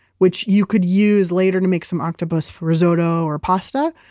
which you could use later to make some octopus for risotto or pasta.